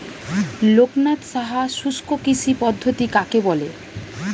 লোকনাথ সাহা শুষ্ককৃষি পদ্ধতি কাকে বলে?